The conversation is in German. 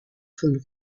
von